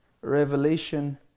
Revelation